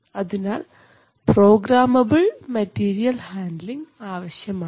അതിനാൽ programmable material handling ആവശ്യമാണ്